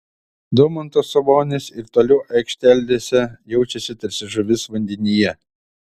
domantas sabonis ir toliau aikštelėse jaučiasi tarsi žuvis vandenyje